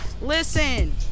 Listen